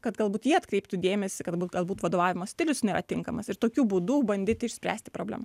kad galbūt jie atkreiptų dėmesį kad galbūt vadovavimo stilius nėra tinkamas ir tokiu būdu bandyti išspręsti problemą